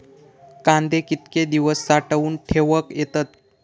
कांदे कितके दिवस साठऊन ठेवक येतत?